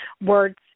words